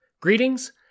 Greetings